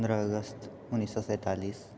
पन्द्रह अगस्त उन्नैस सए सेतालिस